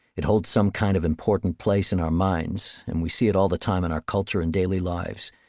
it holds some kind of important place in our minds and we see it all the time in our culture and daily lives.